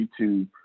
YouTube